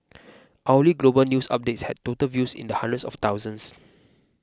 hourly global news updates had total views in the hundreds of thousands